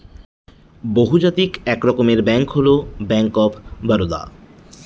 বহুজাতিক এক রকমের ব্যাঙ্ক হল ব্যাঙ্ক অফ বারদা